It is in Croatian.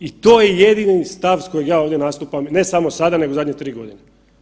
I to je jedini stav s kojega ja ovdje nastupam ne samo sada nego zadnje 3 godine.